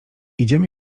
idziemy